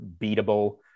beatable